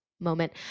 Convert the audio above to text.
moment